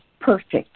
perfect